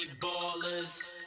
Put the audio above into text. ballers